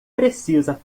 precisa